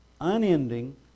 unending